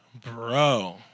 Bro